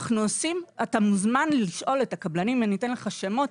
אתה מוזמן לשאול את הקבלנים ואני אתן לך שמות.